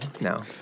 no